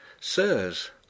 Sirs